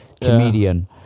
comedian